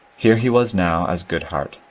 here he was now as goodhart,